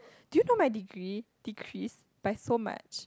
do you know my degree decrease by so much